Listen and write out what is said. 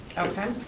okay,